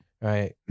Right